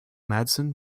madsen